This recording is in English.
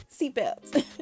Seatbelts